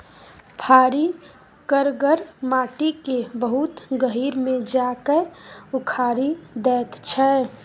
फारी करगर माटि केँ बहुत गहींर मे जा कए उखारि दैत छै